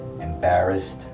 Embarrassed